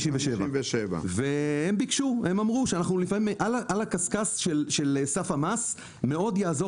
הן אמרו שהן על הקשקש של סף המס ותעזור